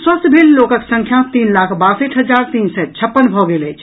स्वस्थ भेल लोकक संख्या तीन लाख बासठि हजार तीन सय छप्पन भऽ गेल अछि